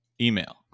email